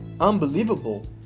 unbelievable